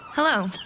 Hello